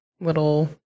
little